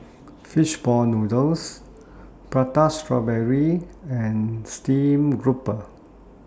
Fish Ball Noodles Prata Strawberry and Steamed Garoupa